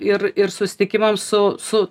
ir ir susitikimam su su